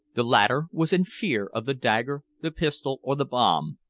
the latter was in fear of the dagger, the pistol, or the bomb,